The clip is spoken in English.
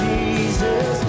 Jesus